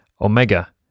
omega